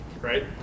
right